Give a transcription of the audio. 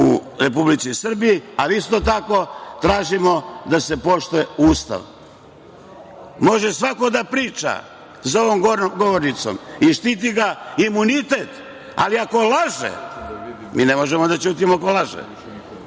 u Republici Srbiji, ali isto tako tražimo da se poštuje Ustav. Može svako da priča za ovom govornicom i štiti ga imunitet, ali ako laže, mi ne možemo da ćutimo. Taj